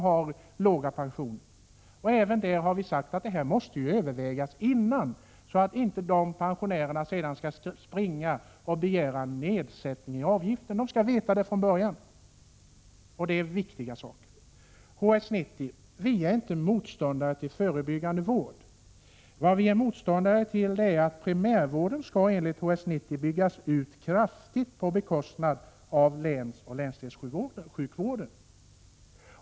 Frågorna måste ju övervägas från början, så att pensionärerna inte skall behöva springa och begära nedsättning av avgiften. Pensionärerna skall från början veta hur det ligger till. Det här rör sig ju om viktiga saker. Sedan beträffande HS 90. Vi är inte motståndare till förebyggande vård. Däremot motsätter vi oss att primärvården enligt HS 90 skall byggas ut kraftigt på bekostnad av länssjukvården.